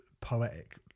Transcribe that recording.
poetic